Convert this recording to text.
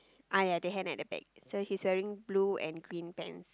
ah ya the hand at the back so he's wearing blue and green pants